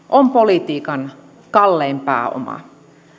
on politiikan kallein pääoma